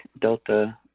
Delta